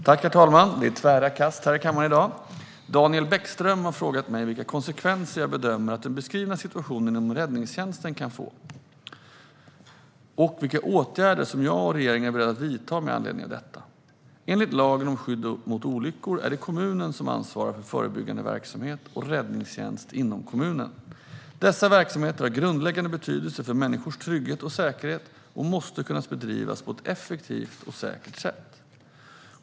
Herr talman! Det är tvära kast i kammaren i dag. Daniel Bäckström har frågat mig vilka konsekvenser jag bedömer att den beskrivna situationen inom räddningstjänsten kan få och vilka åtgärder som jag och regeringen är beredda att vidta med anledning av detta. Enligt lagen om skydd mot olyckor är det kommunen som ansvarar för förebyggande verksamhet och räddningstjänst inom kommunen. Dessa verksamheter har grundläggande betydelse för människors trygghet och säkerhet och måste kunna bedrivas på ett effektivt och säkert sätt.